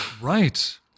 Right